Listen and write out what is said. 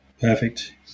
perfect